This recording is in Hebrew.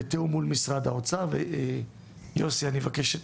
בתאום מול משרד האוצר ויוסי אני אבקש את